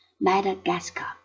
Madagascar